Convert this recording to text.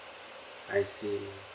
I see